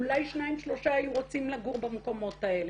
אולי שניים-שלושה היו רוצים לגור במקומות האלה.